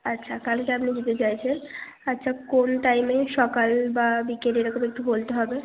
আচ্ছা কালকে আপনি নিতে চাইছেন আচ্ছা কোন টাইমে সকাল বা বিকেল এরকম একটু বলতে হবে